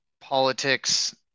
politics